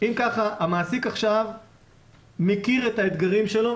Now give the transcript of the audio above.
המעסיק עכשיו מכיר את האתגרים שלו.